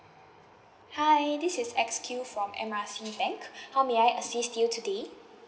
hi this is X Q from M R C bank how may I assist you today